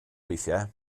weithiau